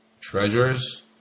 treasures